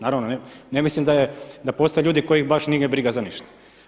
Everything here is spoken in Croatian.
Naravno da ne mislim da postoje ljudi kojih baš nije briga za ništa.